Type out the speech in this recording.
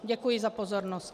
Děkuji za pozornost.